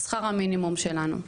שכר המינימום שלנו.